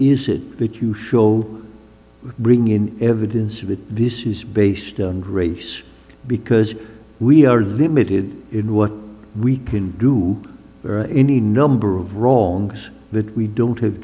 is it that you show bring in evidence of it this is based on grace because we are limited in what we can do or any number of wrong that we don't have